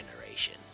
Generation